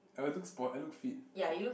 I look sport I look fit